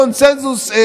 קונסנזוס,